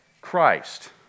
Christ